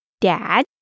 Dad